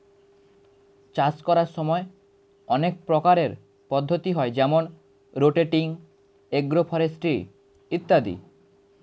চাষ করার সময় অনেক প্রকারের পদ্ধতি হয় যেমন রোটেটিং, এগ্রো ফরেস্ট্রি ইত্যাদি